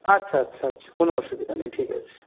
আচ্ছা আচ্ছা আচ্ছা কোন অসুবিধা নেই ঠিক আছে